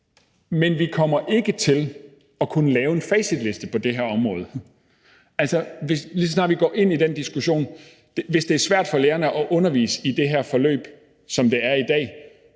at vi kommer til at kunne lave en facitliste på det her område. Hvis det er svært for lærerne at undervise i det her forløb, som det er i dag,